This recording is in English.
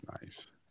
Nice